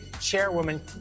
Chairwoman